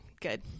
good